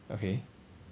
okay